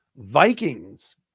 Vikings